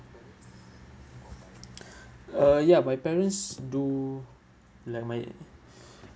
uh ya my parents do like my